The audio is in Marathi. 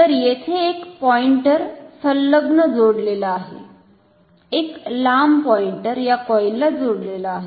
तर येथे एक पॉइंटर संलग्न जोडलेला आहे एक लांब पॉईंटर या कॉईल ला जोडलेला आहे